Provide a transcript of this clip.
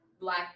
black